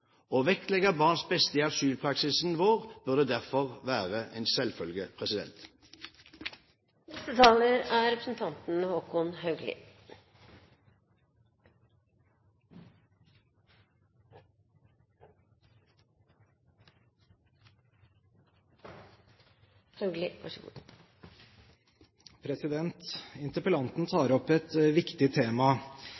Å vektlegge barns beste i asylpraksisen vår burde derfor være en selvfølge. Interpellanten tar opp et viktig tema. Kjernen i problemet er